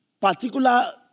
particular